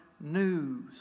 news